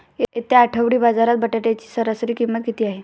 येत्या आठवडी बाजारात बटाट्याची सरासरी किंमत किती आहे?